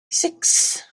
six